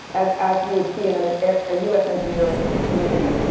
as as you would see in and ah a us engineering community.